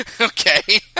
Okay